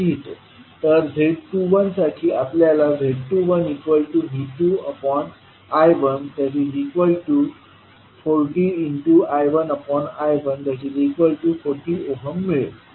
तर z21साठी आपल्याला z21V2I140I1I140 मिळेल